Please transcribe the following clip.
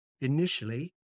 Initially